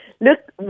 Look